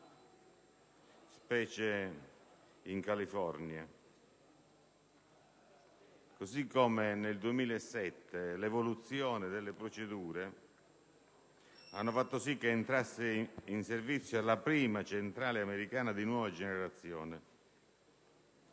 tipo in California e nel 2007 l'evoluzione delle procedure ha fatto sì che entrasse in servizio la prima centrale americana di nuova generazione.